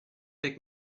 pick